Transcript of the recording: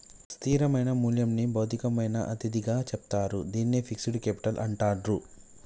స్థిరమైన మూల్యంని భౌతికమైన అతిథిగా చెప్తారు, దీన్నే ఫిక్స్డ్ కేపిటల్ అంటాండ్రు